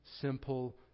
simple